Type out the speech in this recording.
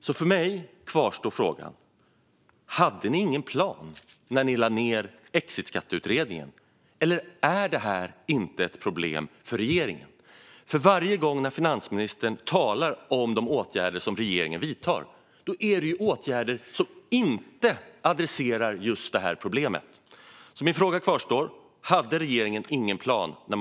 Frågorna kvarstår: Hade ni ingen plan när ni lade ned utredningen? Eller är detta inget problem för regeringen? Varje gång finansministern talar om de åtgärder regeringen vidtar är det ingen åtgärd som adresserar detta problem.